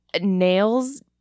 nails